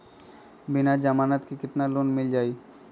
बिना जमानत के केतना लोन मिल जाइ?